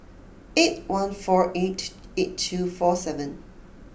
eight one four eight eight two four seven